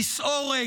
כיסאו ריק.